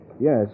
Yes